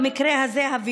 במקרה הזה: הווירוס.